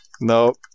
Nope